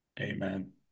Amen